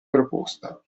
proposta